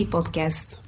Podcast